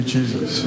Jesus